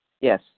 Yes